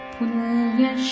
Punya